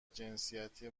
جنسیتی